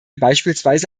beispielsweise